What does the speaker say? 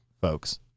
folks